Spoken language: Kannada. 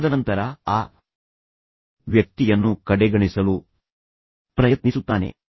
ತದನಂತರ ಆ ವ್ಯಕ್ತಿಯನ್ನು ಕಡೆಗಣಿಸಲು ಪ್ರಯತ್ನಿಸುತ್ತಾನೆ